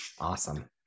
Awesome